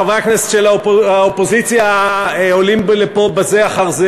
חברי הכנסת של האופוזיציה עולים לפה זה אחר זה